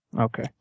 Okay